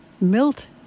Milt